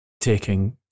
taking